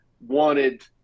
wanted